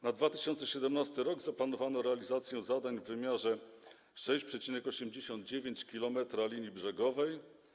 Na 2017 r. zaplanowano realizację zadań w wymiarze 6,89 km linii brzegowej.